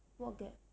what gap